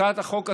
הצעת החוק הזאת,